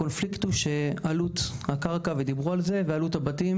הקונפליקט הוא שעלות הקרקע ועלות הבתים